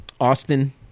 austin